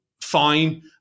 fine